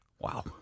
wow